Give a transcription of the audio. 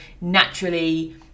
naturally